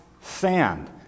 Sand